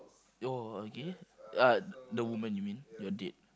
you're a gay uh the woman you mean your date